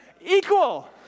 equal